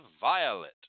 violet